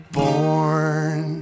born